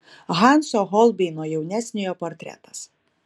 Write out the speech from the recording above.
hanso holbeino jaunesniojo portretas